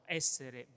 essere